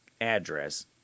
address